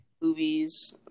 Movies